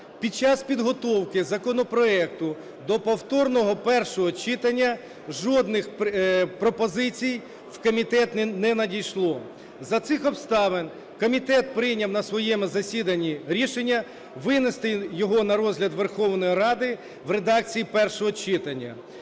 Під час підготовки законопроекту до повторного першого читання жодних пропозицій у комітет не надійшло. За цих обставин комітет прийняв на своєму засіданні рішення винести його на розгляд Верховної Ради в редакції першого читання.